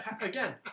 again